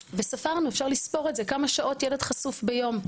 וספרנו, אפשר לספור את זה כמה שעות ילד חשוף ביום.